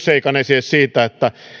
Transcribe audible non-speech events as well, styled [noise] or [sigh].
[unintelligible] seikan siitä